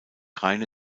reine